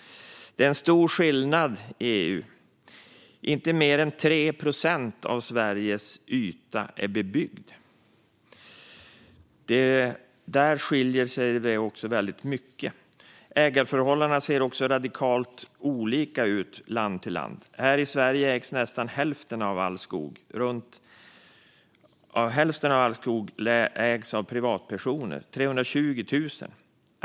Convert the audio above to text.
Det är en stor skillnad i EU. Inte mer än 3 procent av Sveriges yta är bebyggd. Där skiljer det sig åt väldigt mycket. Ägarförhållandena ser också radikalt olika ut från land till land. Här i Sverige ägs nästan hälften av all skog av privatpersoner - 320 000.